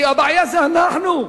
כי הבעיה היא אנחנו.